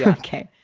ok.